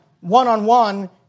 one-on-one